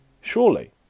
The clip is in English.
Surely